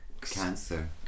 cancer